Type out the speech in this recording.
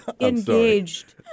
engaged